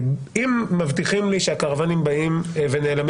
אם מבטיחים לי שקרוואנים באים ונעלמים